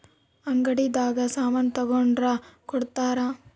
ಅಂಗಡಿ ದಾಗ ಸಾಮನ್ ತಗೊಂಡ್ರ ಕೊಡ್ತಾರ